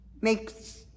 makes